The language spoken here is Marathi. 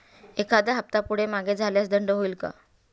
एखादा हफ्ता पुढे मागे झाल्यास दंड होईल काय?